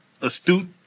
Astute